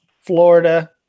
Florida